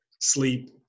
sleep